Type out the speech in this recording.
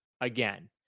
again